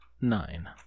nine